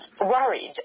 worried